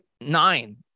nine